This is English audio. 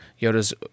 yoda's